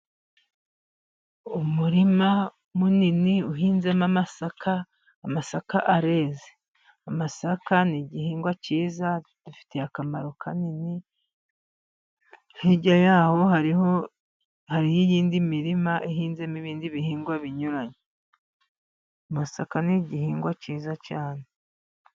Umurima munini uhinzemo amasaka, amasaka areze. Amasaka ni igihingwa cyiza, adufitiye akamaro kanini. hirya yaho hariho, hariho iyindi mirima ihinzemo ibindi bihingwa binyuranye. Amasaka ni igihingwa cyiza cyane.